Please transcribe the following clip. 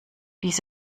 dies